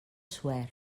suert